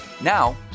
Now